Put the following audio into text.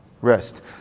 rest